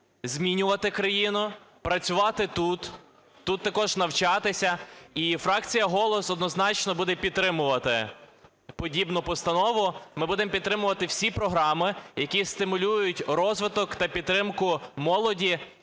змінювати країну, працювати тут, тут також навчатися. І фракція "Голос", однозначно, буде підтримувати подібну постанову. Ми будемо підтримувати всі програми, які стимулюють розвиток та підтримку молоді,